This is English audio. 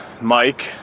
Mike